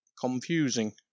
confusing